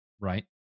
Right